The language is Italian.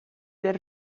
del